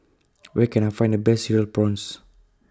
Where Can I Find The Best Cereal Prawns